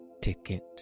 ticket